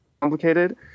complicated